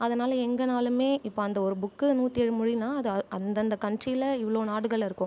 அதனால் எங்கேனாலுமே இப்போ அந்த ஒரு புக்கு நூற்றி ஏழு மொழினா அது அ அந்தந்த கண்ட்ரியில் இவ்வளோ நாடுகளிலருக்கும்